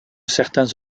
certains